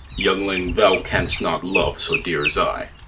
youngling, thou canst not love so dear as i.